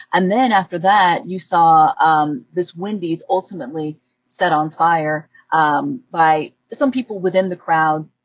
and then after that, you saw um this wendy's ultimately set on fire um by some people within the crowd.